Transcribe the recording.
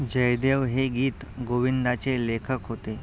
जयदेव हे गीत गोविंदाचे लेखक होते